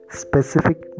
specific